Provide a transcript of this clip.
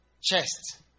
chest